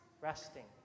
resting